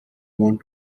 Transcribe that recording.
want